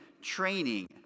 training